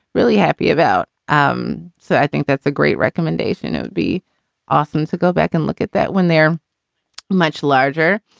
really happy about. um so i think that's a great recommendation. would be awesome to go back and look at that when they're much larger.